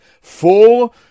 four